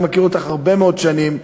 אני מכיר אותך הרבה מאוד שנים,